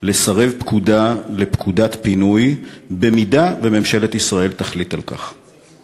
לסרב לפקודת פינוי אם ממשלת ישראל תחליט על כך.